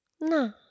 no